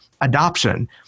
adoption